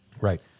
Right